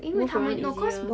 move around easier